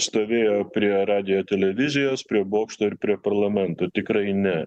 stovėjo prie radijo televizijos prie bokšto ir prie parlamento tikrai ne